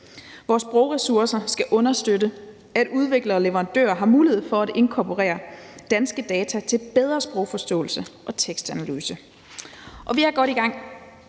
Vores sprogressourcer skal understøtte, at udviklere og leverandører har mulighed for at inkorporere danske data til bedre sprogforståelse og tekstanalyse. Og vi er godt i gang.